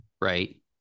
right